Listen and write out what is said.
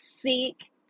seek